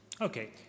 Okay